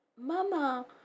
Mama